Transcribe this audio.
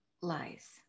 lies